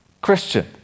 Christian